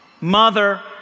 mother